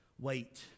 wait